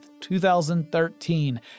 2013